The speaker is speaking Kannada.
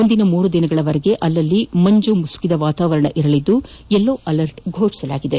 ಮುಂದಿನ ಮೂರು ದಿನಗಳವರೆಗೆ ಅಲ್ಲಿಲ್ಲಿ ಮಂಜು ಮುಸಿಕಿದ ವಾತಾವರಣವಿರಲಿದ್ದು ಯೆಲ್ಲೋ ಅಲರ್ಟ್ ಘೋಷಿಸಲಾಗಿದೆ